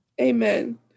Amen